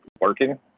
working